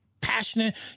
passionate